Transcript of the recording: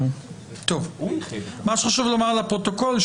חשוב לומר לפרוטוקול,